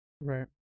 right